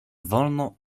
wolno